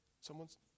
someone's